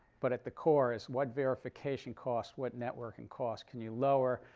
but at the core is what verification costs, what networking costs, can you lower.